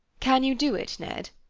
can you do it, ned?